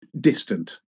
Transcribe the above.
distant